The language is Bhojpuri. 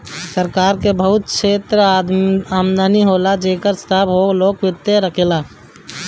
सरकार के बहुत क्षेत्र से आमदनी होला जेकर हिसाब लोक वित्त राखेला